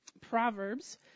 proverbs